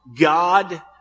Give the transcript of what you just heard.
God